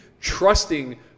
trusting